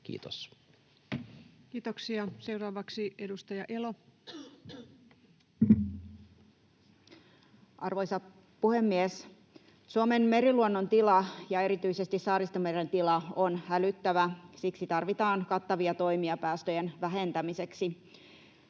voimaansaattamiseksi Time: 16:48 Content: Arvoisa puhemies! Suomen meriluonnon tila ja erityisesti Saaristomeren tila on hälyttävä. Siksi tarvitaan kattavia toimia päästöjen vähentämiseksi.